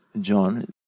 John